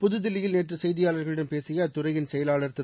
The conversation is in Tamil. புதுதில்லியில் நேற்று செய்தியாளர்களிடம் பேசிய அத்துறையின் செயலாளர் திரு